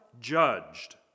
judged